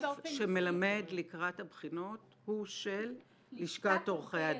שמלמד לקראת הבחינות הוא של לשכת עורכי הדין.